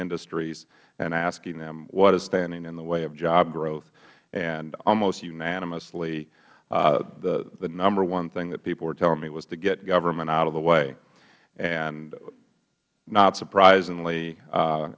industries and asking them what is standing in the way of job growth and almost unanimously the number one thing that people were telling me was to get government out of the way and not surprisingly